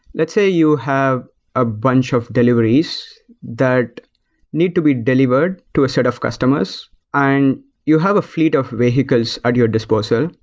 let's say you have a bunch of deliveries that need to be delivered to a set of customers and you have a fleet of vehicles at your disposal.